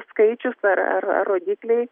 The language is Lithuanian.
skaičius ar ar ar rodikliai